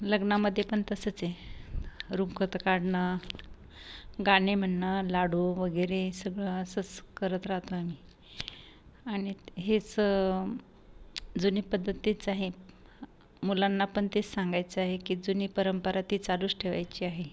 लग्नामध्येपण तसंच आहे रुखवतं काढणं गाणे म्हणणं लाडू वगैरे सगळं असंच करत राहतो आणि आणि हेच जुनी पद्धत तीच आहे मुलांना पण तेच सांगायचं आहे की जुनी परंपरा ती चालूच ठेवायची आहे